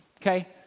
Okay